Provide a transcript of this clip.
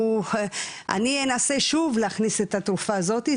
אני אנסה שוב להכניס את התרופה הזאתי,